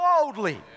boldly